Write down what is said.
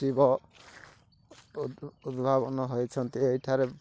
ଉଦ୍ଭାବନ ହୋଇଛନ୍ତି ଏଇଠାରେ